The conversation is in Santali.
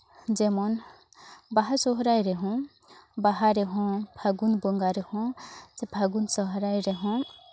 ᱡᱮᱢᱚᱱ ᱵᱟᱦᱟ ᱥᱚᱨᱦᱟᱭ ᱨᱮᱦᱚᱸ ᱵᱟᱦᱟ ᱨᱮᱦᱚᱸ ᱯᱷᱟᱹᱜᱩᱱ ᱵᱚᱸᱜᱟ ᱨᱮᱦᱚᱸ ᱯᱷᱟᱹᱜᱩᱱ ᱥᱚᱨᱦᱟᱭ ᱨᱮᱦᱚᱸ